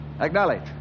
Acknowledge